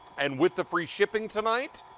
and with the free shipping tonight,